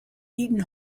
eaten